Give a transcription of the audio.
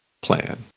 plan